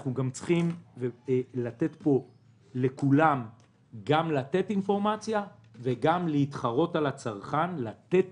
אנחנו גם צריכים לתת לכולם אינפורמציה וגם להתחרות על הצרכן ולתת